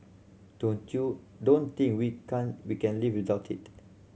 don't you don't think we can we can live without it